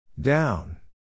Down